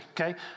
okay